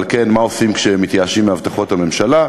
על כן, מה עושים כשמתייאשים מהבטחות הממשלה?